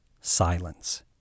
silence